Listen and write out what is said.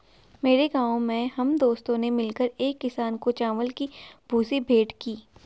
मेरे गांव में हम दोस्तों ने मिलकर एक किसान को चावल की भूसी भेंट की